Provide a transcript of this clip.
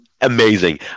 amazing